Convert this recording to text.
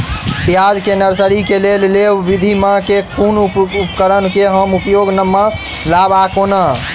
प्याज केँ नर्सरी केँ लेल लेव विधि म केँ कुन उपकरण केँ हम उपयोग म लाब आ केना?